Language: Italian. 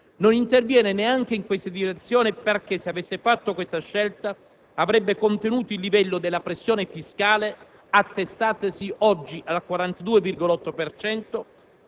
non interviene neanche in direzione dello sviluppo perché se avesse fatto questa scelta avrebbe contenuto il livello della pressione fiscale attestatasi oggi al 42,8